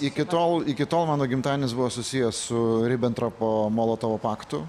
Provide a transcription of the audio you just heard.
iki tol iki tol mano gimtadienis buvo susijęs su ribentropo molotovo paktu